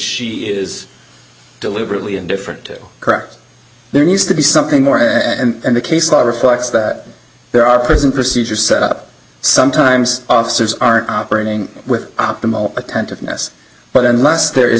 she is deliberately indifferent to correct there needs to be something more and the case all reflects that there are prison procedures set up sometimes officers aren't operating with optimal attentiveness but unless there is